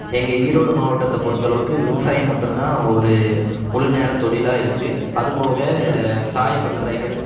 எங்கள் ஈரோடு மாவட்டத்தை பொறுத்தளவுக்கு விவசாயம் மட்டுந்தான் ஒரு முழு நேரத்தொழிலாக இருக்குது அதுப்போக சாயப்பட்டறைகள்